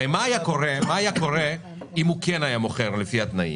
הרי מה היה קורה אם הוא כן היה מוכר לפי התנאים?